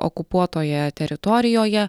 okupuotoje teritorijoje